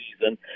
season